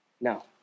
No